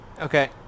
okay